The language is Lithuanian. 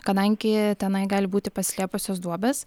kadangi tenai gali būti pasislėpusios duobės